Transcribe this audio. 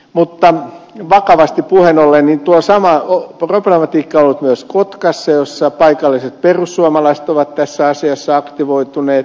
mutta vakavasti puheen ollen tuo sama problematiikka on ollut myös kotkassa missä paikalliset perussuomalaiset ovat tässä asiassa aktivoituneet